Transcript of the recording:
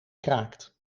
kraakt